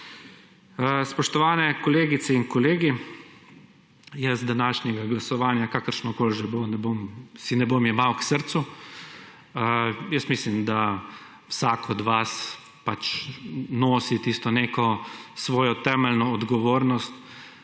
Spoštovane kolegice in kolegi! Jaz današnjega glasovanja kakršnokoli že bo, si ne bom jemal k srcu. Jaz mislim, da vsak od vas nosi tisto neko svojo temeljno odgovornost,